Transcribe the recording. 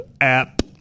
app